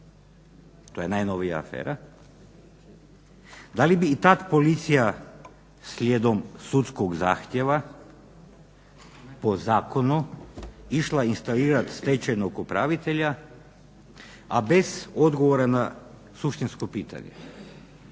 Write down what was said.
to je najnovija afera, da li bi i tad policija slijedom sudskog zahtjeva po zakonu išla instalirati stečajnog upravitelja, a bez odgovora na suštinsko pitanje.